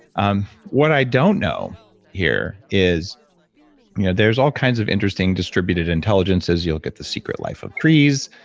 um what i don't know here is you know there's all kinds of interesting distributed intelligences, you'll get the secret life of trees,